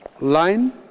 Line